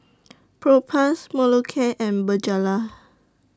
Propass Molicare and Bonjela